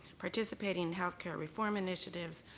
participating in healthcare reform initiatives,